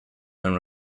them